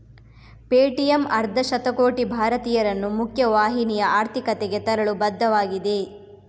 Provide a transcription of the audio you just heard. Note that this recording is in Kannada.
ಪೇಟಿಎಮ್ ಅರ್ಧ ಶತಕೋಟಿ ಭಾರತೀಯರನ್ನು ಮುಖ್ಯ ವಾಹಿನಿಯ ಆರ್ಥಿಕತೆಗೆ ತರಲು ಬದ್ಧವಾಗಿದೆ